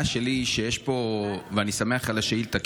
אני שמח על השאילתה,